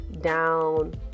down